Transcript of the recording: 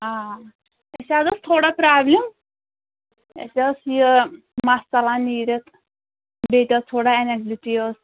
آ اَسہِ حَظ ٲس تھوڑا پرٛابلِم اَسہِ ٲس یہِ مَس ژَلان نیٖرِتھ بیٚیہِ تہِ ٲس تھوڑا اینَزِٹی ٲس